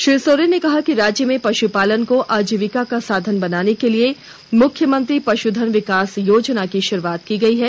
श्री सोरेन ने कहा कि राज्य में पश्पालन को आजिवीका का साधन बनाने के लिए मुख्यमंत्री पश्धन विकास योजना की शुरूआत की गई है